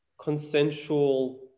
consensual